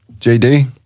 JD